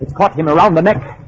caught him around the neck.